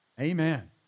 Amen